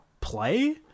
play